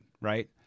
right